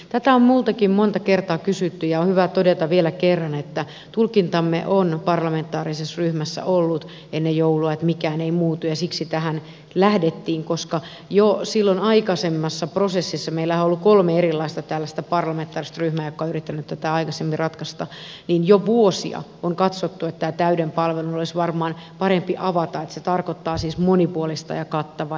tätä on minultakin monta kertaa kysytty ja on hyvä todeta vielä kerran että tulkintamme on parlamentaarisessa ryhmässä ollut ennen joulua että mikään ei muutu ja siksi tähän lähdettiin koska jo silloin aikaisemmassa prosessissa meillähän on ollut kolme erilaista tällaista parlamentaarista ryhmää jotka ovat yrittäneet tätä aikaisemmin ratkaista jo vuosia on katsottu että tämä täyden palvelun olisi varmaan parempi avata että se tarkoittaa siis monipuolista ja kattavaa